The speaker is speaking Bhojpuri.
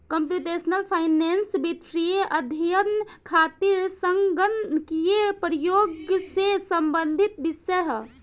कंप्यूटेशनल फाइनेंस वित्तीय अध्ययन खातिर संगणकीय प्रयोग से संबंधित विषय ह